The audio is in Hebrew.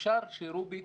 אפשר שרוביק